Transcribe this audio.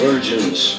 Virgins